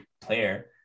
player